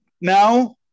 now